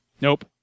Nope